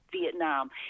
Vietnam